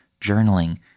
journaling